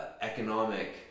economic